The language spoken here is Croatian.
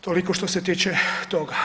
Toliko što se tiče toga.